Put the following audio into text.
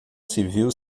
civil